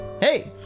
Hey